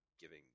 giving